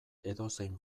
edozein